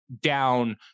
down